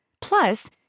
Plus